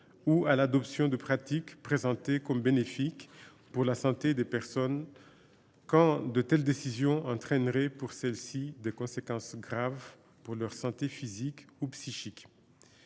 ou à l’adoption de pratiques présentées comme bénéfiques pour la santé des personnes, quand de telles décisions entraînent, pour celles ci, des conséquences graves pour leur santé physique ou psychique.